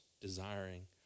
desiring